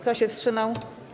Kto się wstrzymał?